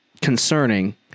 concerning